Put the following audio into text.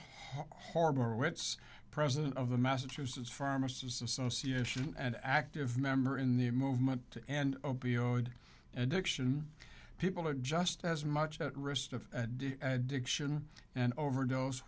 harbor wittes president of the massachusetts pharmacists association an active member in the movement and opioid addiction people are just as much at risk of diction and overdose